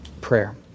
prayer